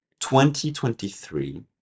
2023